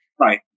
Right